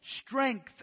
Strength